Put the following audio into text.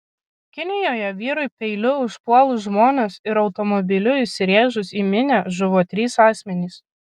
kinijoje vyrui peiliu užpuolus žmones ir automobiliu įsirėžus į minią žuvo trys asmenys